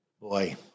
Boy